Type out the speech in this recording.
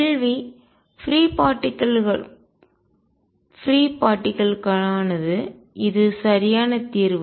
கேள்வி free particle துகள்கள் களுக்கானது இது சரியான தீர்வு